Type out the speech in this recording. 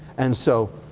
and so,